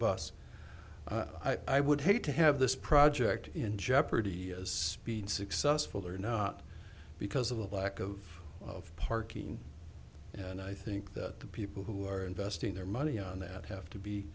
bus i would hate to have this project in jeopardy as being successful or not because of of lack of of parking and i think that the people who are investing their money on that have to be